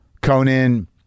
Conan